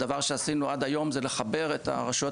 הדבר שעשינו עד היום זה לחבר את הרשויות